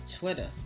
Twitter